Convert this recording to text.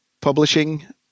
Publishing